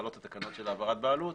חלות התקנות של העברת בעלות.